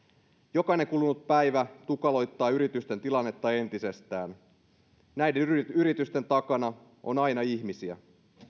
jokainen kulunut päivä tukaloittaa yritysten tilannetta entisestään näiden yritysten takana on aina ihmisiä